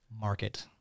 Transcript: market